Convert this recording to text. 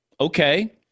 Okay